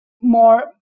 more